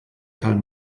karl